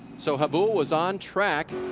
so habul was on track.